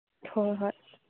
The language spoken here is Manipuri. ꯍꯣꯏ ꯍꯣꯏ